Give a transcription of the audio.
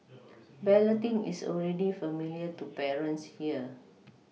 balloting is already familiar to parents here